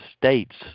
states